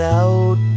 out